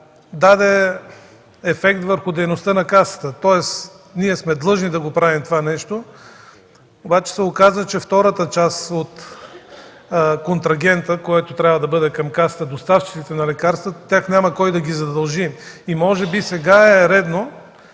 даде ефект върху дейността на Касата. Тоест ние сме длъжни да правим това нещо, но се оказа, че втората част от контрагента, който трябва да бъде към Касата – доставчиците на лекарствата, тях няма кой да ги задължи. Може би е редно